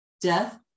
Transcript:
death